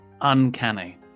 Uncanny